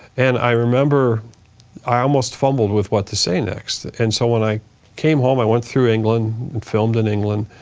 and i remember i almost fumbled with what to say next. and so when i came home, i went through england, and filmed in england,